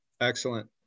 Excellent